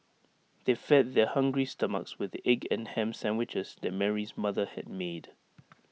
they fed their hungry stomachs with the egg and Ham Sandwiches that Mary's mother had made